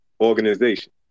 organization